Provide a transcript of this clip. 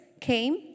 came